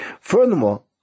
Furthermore